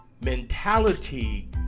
mentality